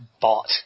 bought